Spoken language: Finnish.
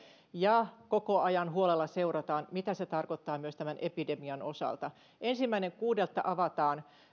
ja koko ajan huolella seurataan mitä se tarkoittaa myös tämän epidemian osalta ensimmäinen kuudetta avataan